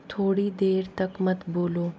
थोड़ी देर तक मत बोलो